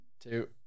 Two